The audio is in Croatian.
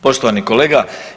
Poštovani kolega.